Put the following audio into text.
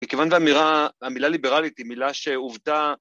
מכיוון והאמירה, המילה ליברלית היא מילה שעובדה